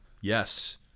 Yes